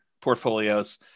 portfolios